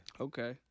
Okay